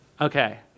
Okay